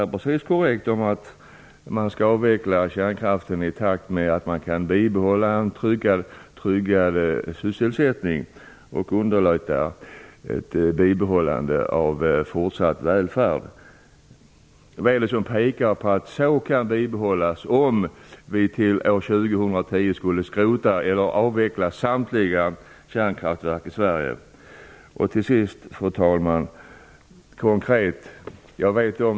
Statsrådet pratar här om att kärnkraften skall avvecklas i takt med att man kan bibehålla en tryggad sysselsättning och underlätta ett bibehållande av fortsatt välfärd. Vad är det som pekar på att det kan bibehållas om vi skulle skrota eller avveckla samtliga kärnkraftverk i Sverige till 2010? Fru talman!